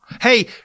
Hey